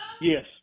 yes